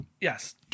yes